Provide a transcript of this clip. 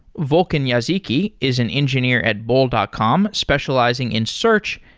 volkan yazici is an engineer at bol dot com specializing in search,